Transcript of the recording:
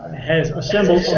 has assembled